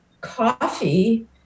coffee